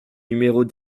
numéros